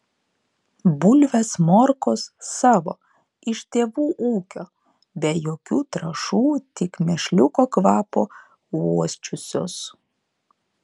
bulvės morkos savo iš tėvų ūkio be jokių trąšų tik mėšliuko kvapo uosčiusios